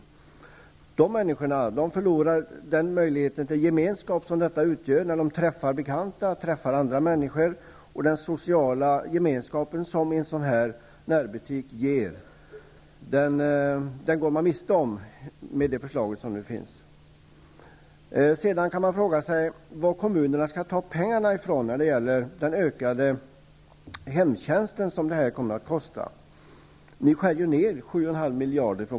Ett förverkligande av det föreliggande förslaget leder till att dessa människor förlorar den möjlighet till gemenskap som det innebär att träffa bekanta och andra människor i närbutiken, alltså den sociala gemenskap som en närbutik ger. Sedan kan man ställa frågan varifrån kommunerna skall ta de pengar som krävs för den utökade hemtjänst som kommer att behövas i och med detta.